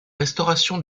restauration